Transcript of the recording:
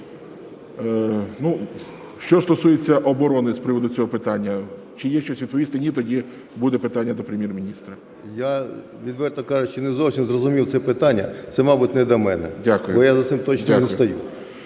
Що стосується оборони, з приводу цього питання, чи є щось відповісти? Ні - тоді буде питання до Прем'єр-міністра. 10:36:38 ТАРАН А.В. Я, відверто кажучи, не зовсім зрозумів це питання. Це, мабуть не до мене, бо я за цим точно не стою.